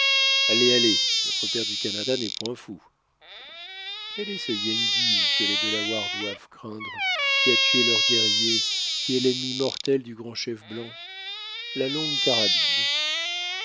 allez allez notre père du canada n'est point fou quel est ce yengeese que les delawares doivent craindre qui a tué leurs guerriers qui est l'ennemi mortel du grand chef blanc la longue carabine ce